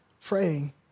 praying